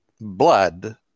blood